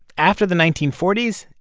after the nineteen forty s,